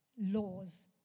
laws